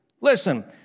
Listen